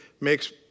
makes